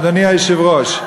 אדוני היושב-ראש,